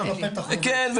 כן,